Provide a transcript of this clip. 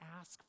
ask